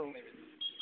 औ